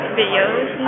videos